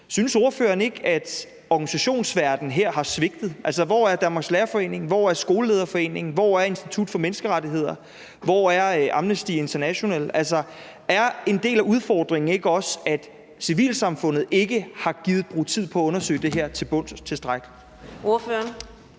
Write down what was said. Synes ordføreren ikke, at organisationsverdenen her har svigtet? Altså, hvor er Danmarks Lærerforening? Hvor er Skolelederforeningen? Hvor er Institut for Menneskerettigheder? Hvor er Amnesty International? Er en del af udfordringen ikke også, at civilsamfundet ikke har gidet bruge tid på at undersøge det her til bunds og tilstrækkeligt? Kl.